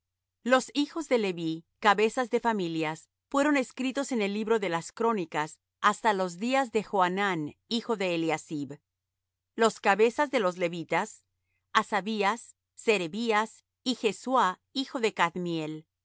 los hijos de leví cabezas de familias fueron escritos en el libro de las crónicas hasta los días de johanán hijo de eliasib los cabezas de los levitas hasabías serebías y jesuá hijo de cadmiel